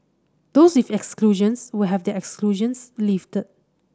those with exclusions will have their exclusions lifted